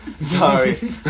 Sorry